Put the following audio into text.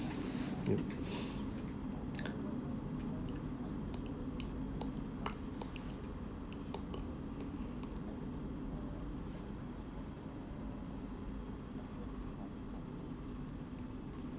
yup